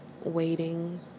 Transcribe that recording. waiting